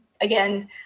again